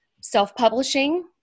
self-publishing